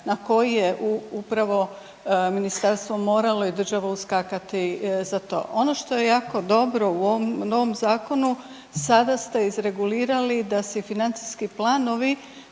na koji je upravo ministarstvo moralo i država uskakati za to. Ono što je jako dobro u ovom novom zakonu sada ste izregulirali da se financijski planovi